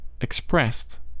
expressed